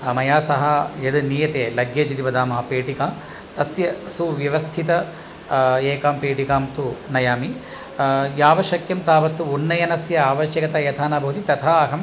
मया सह यद् नीयते लग्गेज् इति वदामः पेटिका तस्य सुव्यवस्थितां एकां पेटिकां तु नयामि यावश्शक्यं तावत् उन्नयनस्य आवश्यकता यथा न भवति तथा अहं